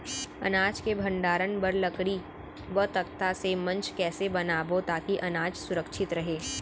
अनाज के भण्डारण बर लकड़ी व तख्ता से मंच कैसे बनाबो ताकि अनाज सुरक्षित रहे?